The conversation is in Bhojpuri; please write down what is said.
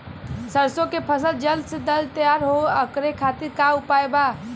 सरसो के फसल जल्द से जल्द तैयार हो ओकरे खातीर का उपाय बा?